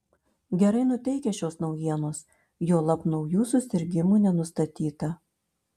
gerai nuteikia šios naujienos juolab naujų susirgimų nenustatyta